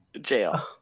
Jail